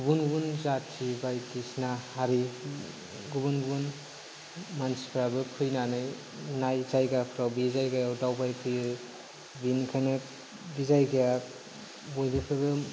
गुबुन गुबुन जाथि बायदिसिना हारि गुबुन गुबुन मानसिफ्राबो फैनानै नाय जायगाफ्राव बे जायगायाव दावबायफैयो बेनिखायनो बे जायगाया बयनिख्रुयबो